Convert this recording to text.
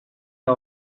the